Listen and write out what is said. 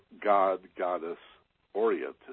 God-goddess-oriented